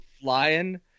flying